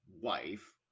wife